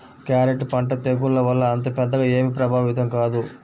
carrot పంట తెగుళ్ల వల్ల అంత పెద్దగా ఏమీ ప్రభావితం కాదు